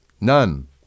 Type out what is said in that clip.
None